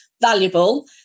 valuable